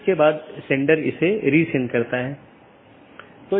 इन विशेषताओं को अनदेखा किया जा सकता है और पारित नहीं किया जा सकता है